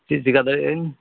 ᱪᱮᱫ ᱪᱤᱠᱟᱹ ᱫᱟᱲᱮᱭᱟᱹᱧ